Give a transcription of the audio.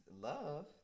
Love